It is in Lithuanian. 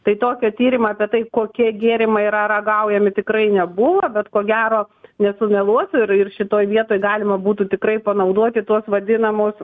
tai tokio tyrimo apie tai kokie gėrimai yra ragaujami tikrai nebuvo bet ko gero nesumeluosiu ir ir šitoj vietoj galima būtų tikrai panaudoti tuos vadinamus